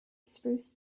spruce